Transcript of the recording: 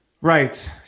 Right